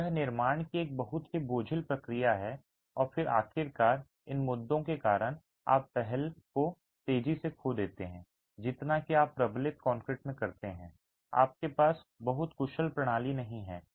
तो यह निर्माण की एक बहुत ही बोझिल प्रक्रिया है और फिर आखिरकार इन मुद्दों के कारण आप पहल को तेजी से खो देते हैं जितना कि आप प्रबलित कंक्रीट में करते हैं आपके पास बहुत कुशल प्रणाली नहीं है